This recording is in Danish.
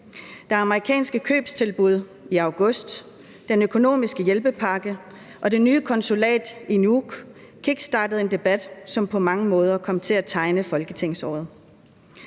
Det amerikanske købstilbud i august, den økonomiske hjælpepakke og det nye konsulat i Nuuk kickstartede en debat, som på mange måder kom til at tegne folketingsåret.